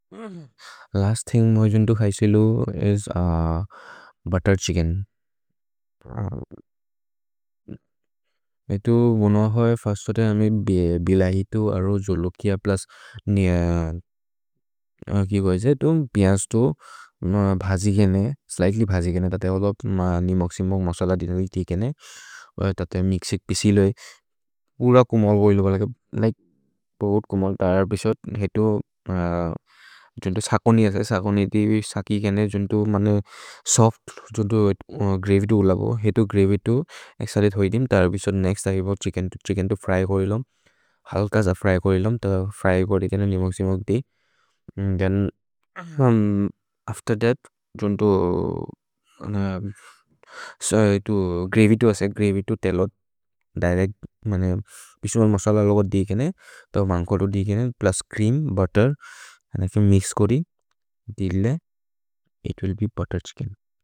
Last thing मोजुन्तु खैसेलु is butter chicken. एतु बोन्व होइ, फिर्स्त् सोते अमे बिलहि तु अरु जोलुकिअ प्लुस् कि गोये जे एतु पियन्स् तु भजिगेने। स्लिघ्त्ल्य् भजिगेने, तते ओदत् नि मोक्सिम् मोक् मसल दिनरि तिकेने, तते मिक्सिक् पिसिल् होइ, उर कुमल् बोइलो। लिके पोगोत् कुमल् तरर् पिसोत्, एतु जुन्तु सकोनि असे सकोनि तिबि, सकि केने जुन्तु मने सोफ्त् जुन्तु ग्रव्य् तु उलबो। एतु ग्रव्य् तु एक्सरे थोइ दिम्, तरर् पिसोत् नेक्स्त् तहि बो छिच्केन् तु, छिच्केन् तु फ्र्य् कोरिलोम्, हल्कज फ्र्य् कोरिलोम्। त फ्र्य् कोदि केने नि मोक्सिम् मोक् दि, थेन् अफ्तेर् थत् जुन्तु ग्रव्य् तु असे ग्रव्य् तु तेलोद्। दिरेच्त् मने पिसुमल् मसल लोगत् दिकेने, तबन् कोदो दिकेने, प्लुस् च्रेअम्, बुत्तेर्, अन के मिक्स् कोदि, दिल्ने, it will be butter chicken.